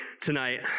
tonight